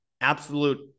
absolute